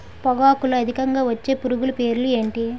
పొగాకులో అధికంగా వచ్చే పురుగుల పేర్లు ఏంటి